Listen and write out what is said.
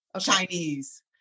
Chinese